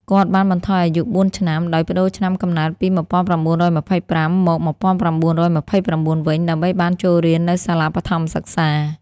គាត់ បានបន្ថយអាយុបួនឆ្នាំ ដោយប្តូរឆ្នាំកំណើតពី១៩២៥ មក ១៩២៩វិញ ដើម្បីបានចូលរៀននៅសាលាបឋមសិក្សា។